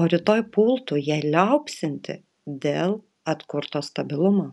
o rytoj pultų ją liaupsinti dėl atkurto stabilumo